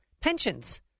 pensions